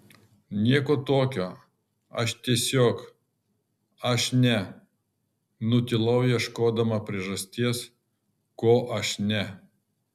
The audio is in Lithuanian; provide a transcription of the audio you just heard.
nieko tokio aš tiesiog aš ne nutilau ieškodama priežasties ko aš ne